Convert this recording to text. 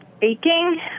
baking